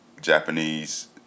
Japanese